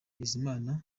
bizimana